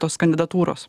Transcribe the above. tos kandidatūros